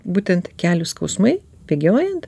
būtent kelių skausmai bėgiojant